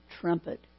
trumpet